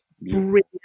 brilliant